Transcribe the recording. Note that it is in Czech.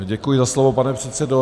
Děkuji za slovo, pane předsedo.